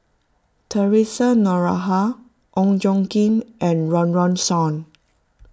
theresa Noronha Ong Tjoe Kim and Run Run Shaw